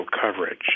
coverage